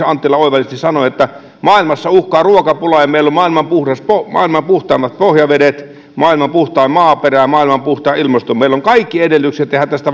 anttila oivallisesti sanoi että maailmassa uhkaa ruokapula ja meillä on maailman puhtaimmat pohjavedet maailman puhtain maaperä maailman puhtain ilmasto meillä on kaikki edellytykset tehdä tästä